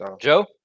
Joe